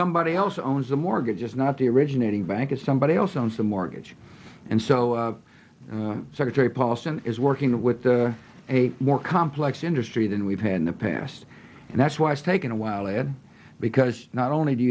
somebody else owns the mortgages not the originating bank it's somebody else owns the mortgage and so secretary paulson is working with the a more complex industry than we've had in the past and that's why it's taken a while ed because not only do